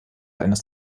eines